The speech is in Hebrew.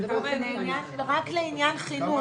רק לעניין חינוך,